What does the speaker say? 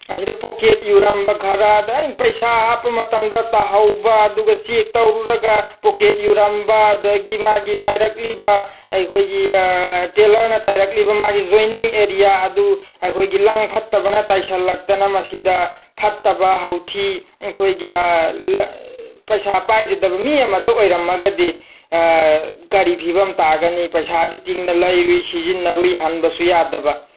ꯑꯁꯤꯗ ꯄꯣꯀꯦꯠ ꯌꯨꯔꯝꯕ ꯈꯔ ꯑꯗ ꯑꯩꯅ ꯄꯩꯁꯥ ꯍꯥꯞꯄ ꯃꯇꯝꯗ ꯇꯥꯍꯧꯕ ꯑꯗꯨꯒ ꯆꯦꯛ ꯇꯧꯔꯨꯔꯒ ꯄꯣꯀꯦꯠ ꯌꯨꯔꯝꯕ ꯑꯗꯒꯤ ꯃꯥꯒꯤ ꯇꯥꯏꯔꯛꯂꯤꯕ ꯑꯩꯈꯣꯏꯒꯤ ꯇꯦꯂꯔꯅ ꯇꯥꯏꯔꯛꯂꯤꯕ ꯃꯥꯒꯤ ꯖꯣꯏꯅꯤꯡ ꯑꯦꯔꯤꯌꯥ ꯑꯗꯨ ꯑꯩꯈꯣꯏꯒꯤ ꯂꯪ ꯐꯠꯇꯕꯅ ꯇꯥꯏꯁꯤꯟꯂꯛꯇꯅ ꯃꯁꯤꯗ ꯐꯠꯇꯕ ꯍꯥꯎꯊꯤ ꯑꯩꯈꯣꯏꯒꯤ ꯄꯩꯁꯥ ꯄꯥꯏꯖꯗꯕ ꯃꯤ ꯑꯃꯗ ꯑꯣꯏꯔꯝꯃꯒꯗꯤ ꯀꯔꯤ ꯐꯤꯕꯝ ꯇꯥꯒꯅꯤ ꯄꯩꯁꯥꯗꯤ ꯇꯤꯡꯅ ꯂꯩꯔꯨꯏ ꯁꯤꯖꯤꯟꯅꯔꯨꯏ ꯍꯟꯕꯁꯨ ꯌꯥꯗꯕ